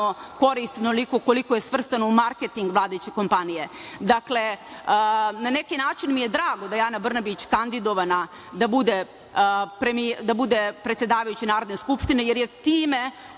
korist onoliku koliko je svrstana u marketing vladajuće kompanije. Na neki način mi je drago da je Ana Brnabić kandidovana da bude predsedavajući Narodne skupštine, jer je time